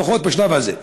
לפחות בשלב הזה,